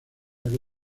que